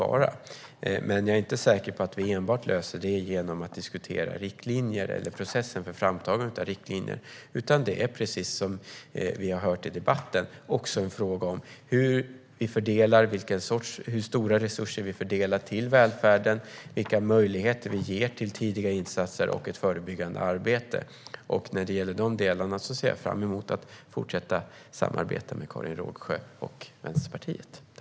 Jag är dock inte säker på att vi löser detta genom att enbart diskutera riktlinjer eller processen för framtagandet av riktlinjer, utan precis som vi har hört i debatten är det också en fråga om hur vi fördelar, hur stora resurser vi fördelar till välfärden och vilka möjligheter vi ger till tidiga insatser och ett förebyggande arbete. När det gäller de delarna ser jag fram emot att fortsätta samarbeta med Karin Rågsjö och Vänsterpartiet.